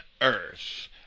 earth